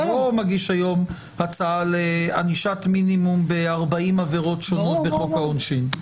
הוא לא מגיש היום הצעה לענישת מינימום ב-40 עבירות שונות בחוק העונשין.